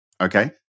Okay